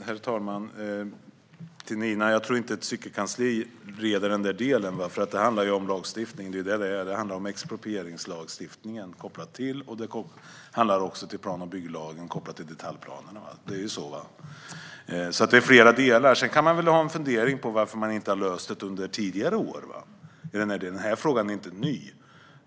Herr talman! Jag tror inte att ett cykelkansli reder ut den där delen, för det handlar om lagstiftning. Det handlar om exproprieringslagstiftningen och om plan och bygglagen kopplat till detaljplanerna. Det är så. Det är alltså flera delar. Sedan kan man väl ha en fundering på varför det inte har lösts under tidigare år. Den här frågan är inte ny.